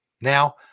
Now